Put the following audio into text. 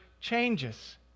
changes